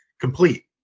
complete